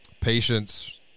Patience